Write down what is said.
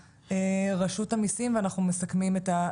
רשות המיסים ואנחנו מסכמים את הדיון.